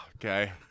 okay